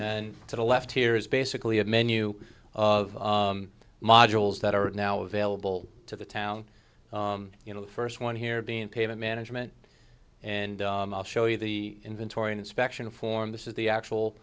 to the left here is basically a menu of modules that are now available to the town you know the first one here being paid the management and i'll show you the inventory inspection form this is the actual